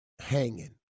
hanging